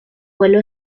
vuelo